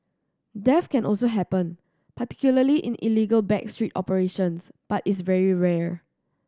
death can also happen particularly in illegal back street operations but is very rare